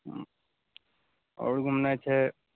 हूँ आओर घुमनाइ छै